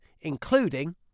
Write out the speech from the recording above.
including